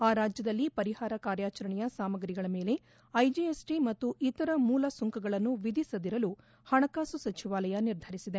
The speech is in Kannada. ಆ ರಾಜ್ಯದಲ್ಲಿ ಪರಿಹಾರ ಕಾರ್ಯಾಚರಣೆಯ ಸಾಮಗ್ರಿಗಳ ಮೇಲೆ ಐಜಿಎಸ್ಟಿ ಮತ್ತು ಇತರ ಮೂಲ ಸುಂಕಗಳನ್ನು ವಿಧಿಸದಿರಲು ಪಣಕಾಸು ಸಚಿವಾಲಯ ನಿರ್ಧಾರಿಸಿದೆ